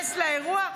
להיכנס לאירוע.